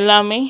எல்லாமே